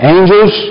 Angels